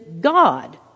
God